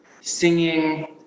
singing